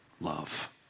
love